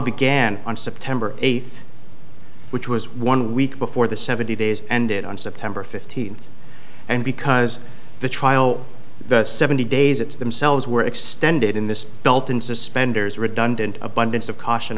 began on september eighth which was one week before the seventy days ended on september fifteenth and because the trial the seventy days it's themselves were extended in this belt and suspenders redundant abundance of caution